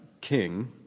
king